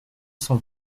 cent